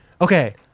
Okay